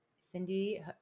cindy